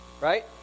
right